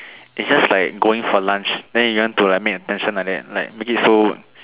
is just like going for lunch then you want to like make a tension like that like make it so